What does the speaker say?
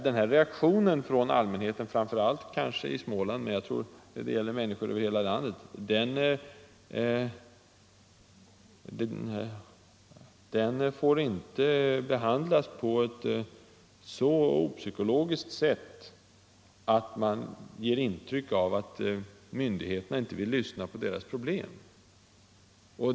Den här reaktionen från allmänheten — framför allt kanske i Småland men jag tror det gäller människor från hela landet — får inte behandlas på ett så opsykologiskt sätt, att man ger intryck av att myndigheterna inte vill lyssna på dessa människor.